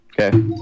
Okay